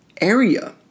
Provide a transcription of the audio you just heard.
area